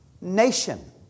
nation